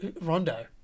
Rondo